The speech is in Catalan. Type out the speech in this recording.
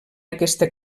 aquesta